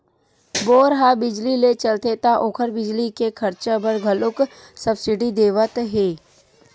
bore ह बिजली ले चलथे त ओखर बिजली के खरचा बर घलोक सब्सिडी देवत हे